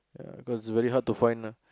ya cause it's very hard to find ah